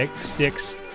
sticks